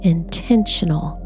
intentional